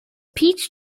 peach